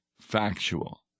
factual